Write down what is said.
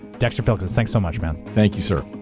dexter filkins, thanks so much, man. thank you, sir.